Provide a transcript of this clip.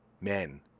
men